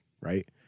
right